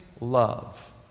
love